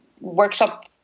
workshop